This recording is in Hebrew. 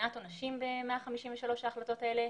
מבחינת עונשים ב-153 ההחלטות האלה